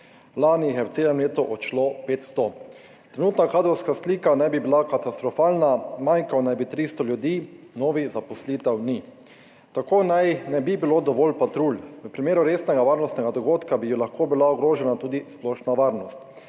jih je v celem letu odšlo 500. Trenutna kadrovska slika naj bi bila katastrofalna, manjkalo naj bi 300 ljudi, novih zaposlitev ni. Tako naj ne bi bilo dovolj patrulj. V primeru resnega varnostnega dogodka bi lahko bila ogrožena tudi splošna varnost.